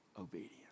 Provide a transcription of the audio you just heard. obedience